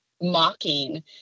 mocking